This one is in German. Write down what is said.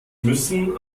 müssen